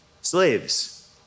Slaves